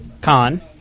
con